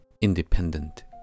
independent